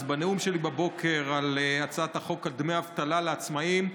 בנאום שלי בבוקר על הצעת חוק דמי אבטלה לעצמאים,